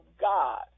God